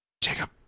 Jacob